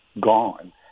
gone